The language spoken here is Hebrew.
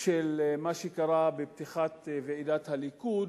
של מה שקרה בפתיחת ועידת הליכוד,